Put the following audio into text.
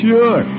Sure